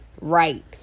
Right